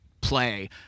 play